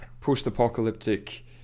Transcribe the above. post-apocalyptic